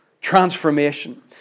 Transformation